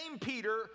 Peter